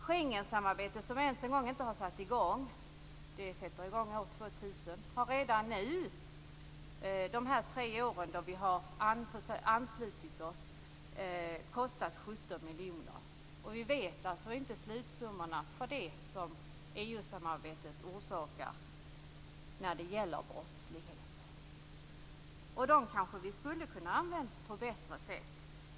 Schengensamarbetet som ännu inte har börjat - det startar år 2000 - har redan nu, under de tre år vi har varit anslutna, kostat 17 miljoner. Och vi vet alltså inte slutsummorna för EU-samarbetet när det gäller brottslighet. De pengarna kanske vi skulle ha kunnat använda på bättre sätt.